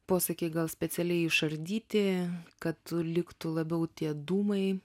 posakiai gal specialiai išardyti kad liktų labiau tie dūmai